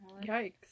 Yikes